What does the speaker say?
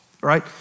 right